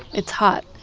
it's hot.